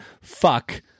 fuck